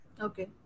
Okay